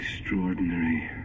extraordinary